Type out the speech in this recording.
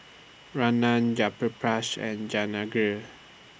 Ramnath Jayaprakash and Jehangirr